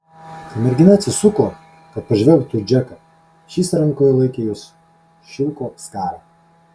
kai mergina atsisuko kad pažvelgtų į džeką šis rankoje laikė jos šilko skarą